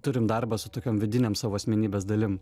turim darbą su tokiom vidinėm savo asmenybės dalim